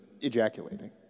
ejaculating